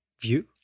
view